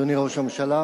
אדוני ראש הממשלה,